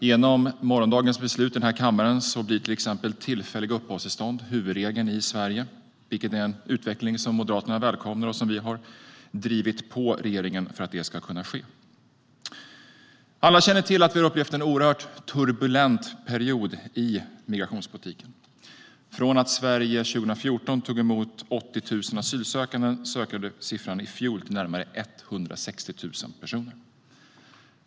Genom morgondagens beslut i kammaren blir till exempel tillfälliga uppehållstillstånd huvudregeln i Sverige, vilket är en utveckling Moderaterna välkomnar. Vi har drivit på regeringen för att detta ska kunna ske. Alla känner till att vi har upplevt en oerhört turbulent period i migrationspolitiken. Sverige har gått från att 2014 ta emot 80 000 asylsökande till i att i fjol ta emot närmare 160 000 personer.